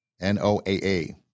N-O-A-A